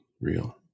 real